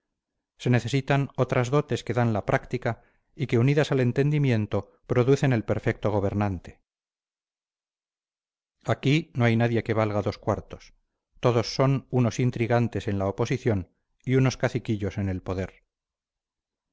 se necesitan otras dotes que da la práctica y que unidas al entendimiento producen el perfecto gobernante aquí no hay nadie que valga dos cuartos todos son unos intrigantes en la oposición y unos caciquillos en el poder